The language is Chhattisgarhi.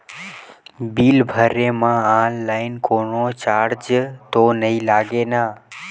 बिल भरे मा ऑनलाइन कोनो चार्ज तो नई लागे ना?